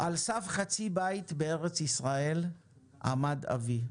"על סף חצי בית בארץ ישראל עמד אבי".